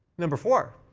number four.